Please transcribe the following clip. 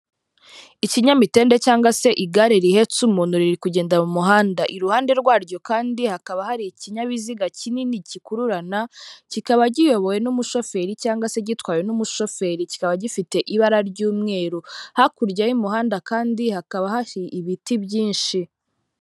Ikinyamitende cyangwa se igare rihetse umuntu riri kugenda mu muhanda, iruhande rwaryo kandi hakaba hari ikinyabiziga kinini gikururana kikaba kiyobowe n'umushoferi cyangwa se gitwawe n'umushoferi kikaba gifite ibara ry'umweru, hakurya y'umuhanda kandi hakaba hari ibiti byinshi.